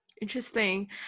Interesting